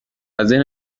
ذهن